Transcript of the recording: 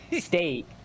State